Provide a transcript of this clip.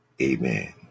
Amen